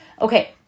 Okay